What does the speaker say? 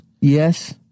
Yes